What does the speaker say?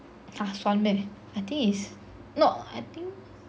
!huh! 酸 meh I think it's